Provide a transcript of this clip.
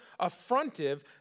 affrontive